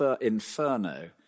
inferno